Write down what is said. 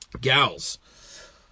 Gals